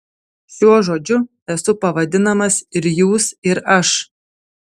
šiuo žodžiu esu pavadinamas ir jūs ir aš